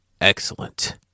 Excellent